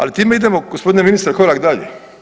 Ali time idemo g. ministre korak dalje.